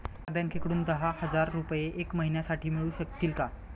मला बँकेकडून दहा हजार रुपये एक महिन्यांसाठी मिळू शकतील का?